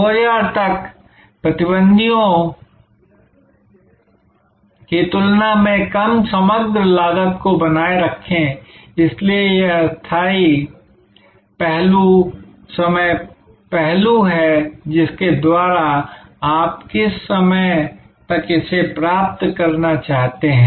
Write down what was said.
2000 तक प्रतिद्वंद्वियों की तुलना में कम समग्र लागत को बनाए रखें इसलिए एक अस्थायी पहलू समय पहलू है जिसके द्वारा आप किस समय तक इसेप्राप्त करना चाहते हैं